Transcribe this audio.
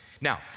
Now